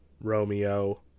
Romeo